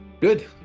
Good